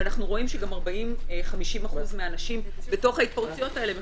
ואנחנו גם רואים ש-40%-50% מהאנשים בתוך ההתפרצויות האלה מחוסנים.